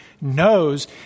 knows